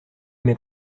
mes